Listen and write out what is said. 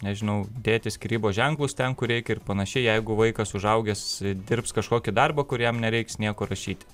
nežinau dėti skyrybos ženklus ten kur reikia ir panašiai jeigu vaikas užaugęs dirbs kažkokį darbą kur jam nereiks nieko rašyti